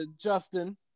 Justin